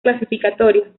clasificatoria